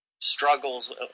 struggles